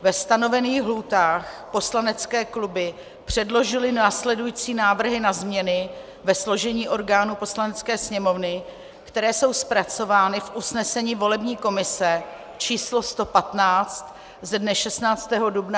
Ve stanovených lhůtách poslanecké kluby předložily následující návrhy na změny ve složení orgánů Poslanecké sněmovny, které jsou zpracovány v usnesení volební komise číslo 115 ze dne 16. dubna 2019.